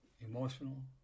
emotional